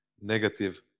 negative